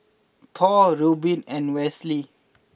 Thor Reubin and Westley